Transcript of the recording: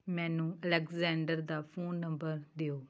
ਮੈਨੂੰ ਅਲੈਗਜ਼ੈਂਡਰ ਦਾ phone number ਦਿਓ